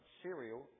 cereal